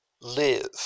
live